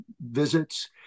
visits